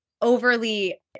overly